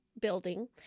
building